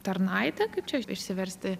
tarnaitė kaip čia išsiversti